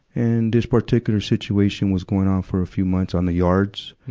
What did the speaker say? and this particular situation was going on for a few months on the yards,